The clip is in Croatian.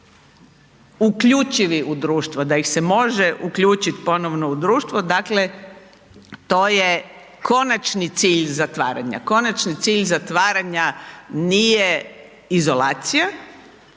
uključivi u društvo, da ih se može uključit ponovno u društvo. Dakle to je konačni cilj zatvaranja. Konačni cilj zatvaranja nije izolacija,